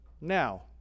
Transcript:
now